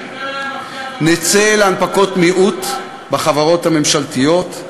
נצא להנפקות מיעוט בחברות הממשלתיות,